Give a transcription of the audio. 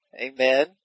amen